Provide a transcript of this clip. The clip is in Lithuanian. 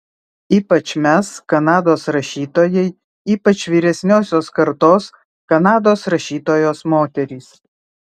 ypač mes kanados rašytojai ypač vyresniosios kartos kanados rašytojos moterys